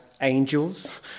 angels